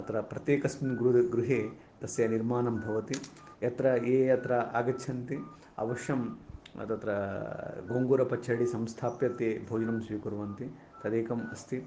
अत्र प्रत्येकेऽस्मिन् गृहे तस्य निर्माणं भवति यत्र ये अत्र आगच्छन्ति अवश्यं तत्र गोङ्गुरपच्चडि संस्थाप्य ते भोजनं स्वीकुर्वन्ति तदेकम् अस्ति